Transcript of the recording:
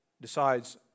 decides